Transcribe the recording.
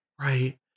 Right